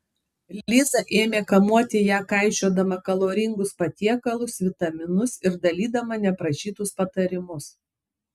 liza ėmė kamuoti ją kaišiodama kaloringus patiekalus vitaminus ir dalydama neprašytus patarimus